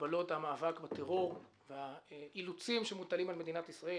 במגבלות המאבק בטרור והאילוצים שמוטלים על מדינת ישראל,